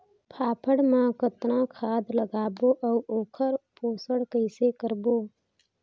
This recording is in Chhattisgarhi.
फाफण मा कतना खाद लगाबो अउ ओकर पोषण कइसे करबो?